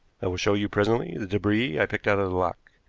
i will show you presently the debris i picked out of the lock.